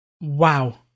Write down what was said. Wow